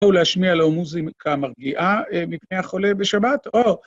או להשמיע לו מוזיקה מרגיעה, מפני החולה בשבת, או...